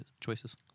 choices